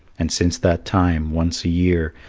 and since that time, once a year,